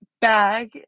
bag